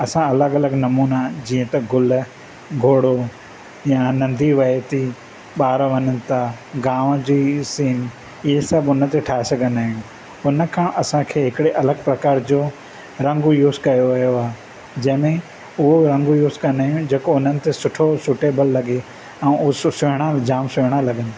असां अलॻि अलॻि नमूना जीअं त गुल घोड़ो या नदी वहे थी ॿार वञनि था गांव जी सीन इहे सभु उन ते ठाहे सघंदा आहियूं उन खां असां खे हिकुड़े अलॻि प्रकार जो रंग यूज़ कयो वियो आहे जंहिं में उहो रंग यूज़ कंदा आहियूं जेको उन्हनि ते सुठो सूटेबल लॻे ऐं हू सुहिणा जाम सुहिणा लॻनि